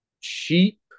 cheap